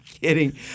Kidding